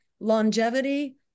Longevity